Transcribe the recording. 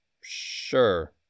Sure